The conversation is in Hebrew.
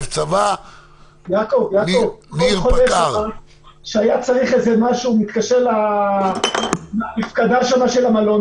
יעקב, כל חולה שצריך משהו מתקשר למפקדה של המלון.